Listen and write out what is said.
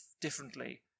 differently